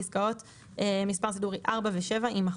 פסקאות מספר סידורי (4) ו-(7) יימחקו.